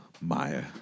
Maya